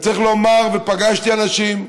צריך לומר שפגשתי אנשים,